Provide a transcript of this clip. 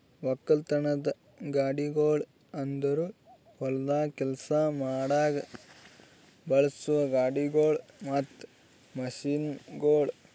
ಒಕ್ಕಲತನದ ಗಾಡಿಗೊಳ್ ಅಂದುರ್ ಹೊಲ್ದಾಗ್ ಕೆಲಸ ಮಾಡಾಗ್ ಬಳಸೋ ಗಾಡಿಗೊಳ್ ಮತ್ತ ಮಷೀನ್ಗೊಳ್